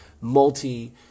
multi